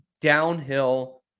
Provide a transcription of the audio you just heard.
downhill